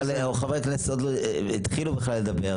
כן, אבל חברי הכנסת עוד לא התחילו בכלל לדבר.